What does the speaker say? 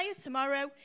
tomorrow